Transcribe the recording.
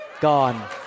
Gone